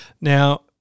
Now